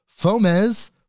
Fomes